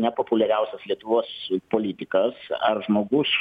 nepopuliariausias lietuvos politikas ar žmogus